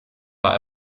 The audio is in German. war